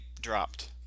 dropped